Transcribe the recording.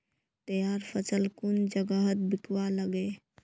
तैयार फसल कुन जगहत बिकवा लगे?